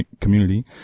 community